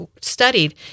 studied